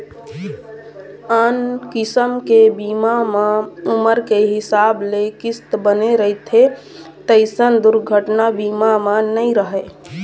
आन किसम के बीमा म उमर के हिसाब ले किस्त बने रहिथे तइसन दुरघना बीमा म नइ रहय